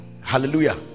hallelujah